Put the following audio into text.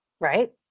right